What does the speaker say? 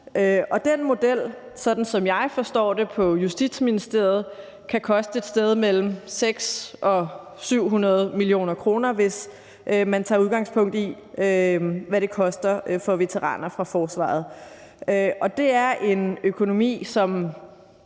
Den model, sådan som jeg forstår det på Justitsministeriet, kan koste et sted mellem 600 og 700 mio. kr., hvis man tager udgangspunkt i, hvad det koster for veteraner fra forsvaret. Og det er en økonomi, der